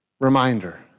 reminder